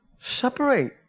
separate